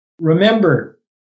Remember